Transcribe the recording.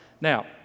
Now